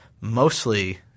mostly